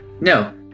No